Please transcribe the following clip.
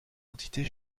entités